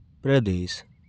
प्रदेश